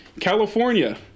california